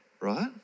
Right